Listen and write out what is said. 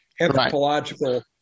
anthropological